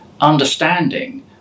understanding